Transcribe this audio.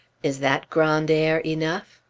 is that grand air enough?